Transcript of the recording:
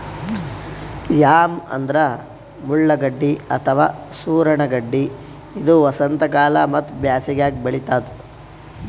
yam ಅಂದ್ರ ಮುಳ್ಳಗಡ್ಡಿ ಅಥವಾ ಸೂರಣ ಗಡ್ಡಿ ಇದು ವಸಂತಕಾಲ ಮತ್ತ್ ಬ್ಯಾಸಿಗ್ಯಾಗ್ ಬೆಳಿತದ್